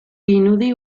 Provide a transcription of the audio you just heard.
pinudi